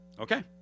Okay